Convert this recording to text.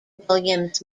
williams